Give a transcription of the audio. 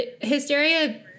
hysteria